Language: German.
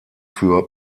für